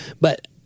but-